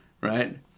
right